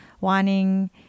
wanting